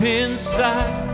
inside